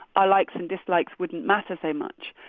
our likes and dislikes wouldn't matter so much.